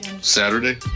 Saturday